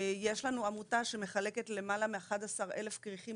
יש לנו עמותה שמחלקת למעלה מ-11,000 כריכים